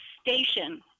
station